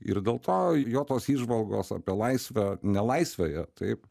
ir dėl to jo tos įžvalgos apie laisvę nelaisvėje taip